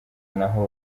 naho